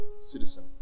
citizen